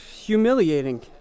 humiliating